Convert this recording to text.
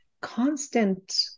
constant